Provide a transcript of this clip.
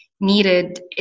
needed